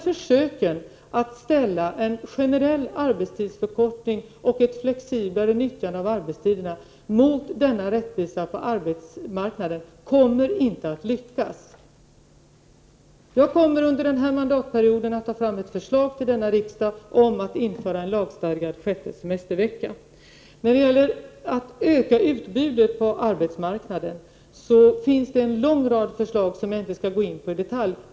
Försöken att ställa en generell arbetstidsförkortning . och ett mer flexibelt nyttjande av arbetstiderna mot denna rättvisa på arbetsmarknaden kommer inte att lyckas. Jag skall under den här mandatperioden ta fram ett förslag till riksdagen om att införa en lagstadgad sjätte semestervecka. När det gäller att öka utbudet på arbetsmarknaden finns det en lång rad förslag, som jag inte skall gå in på i detalj.